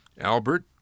Albert